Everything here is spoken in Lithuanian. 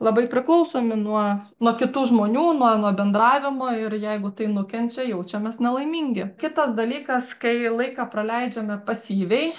labai priklausomi nuo nuo kitų žmonių nuo nuo bendravimo ir jeigu tai nukenčia jaučiamės nelaimingi kitas dalykas kai laiką praleidžiame pasyviai